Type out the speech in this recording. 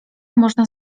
można